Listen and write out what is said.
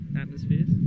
atmospheres